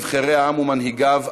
נבחרי העם ומנהיגיו,